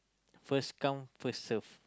first come first serve